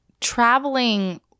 traveling